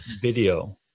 video